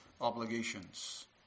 obligations